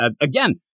again